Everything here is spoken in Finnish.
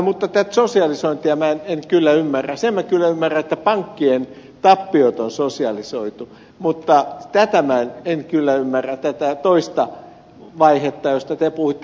mutta tätä sosialisointia minä en kyllä ymmärrä sen minä kyllä ymmärrän että pankkien tappiot on sosialisoitu mutta tätä toista vaihetta josta te puhuitte en kyllä ymmärrä